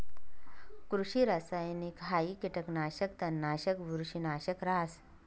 कृषि रासायनिकहाई कीटकनाशक, तणनाशक, बुरशीनाशक रहास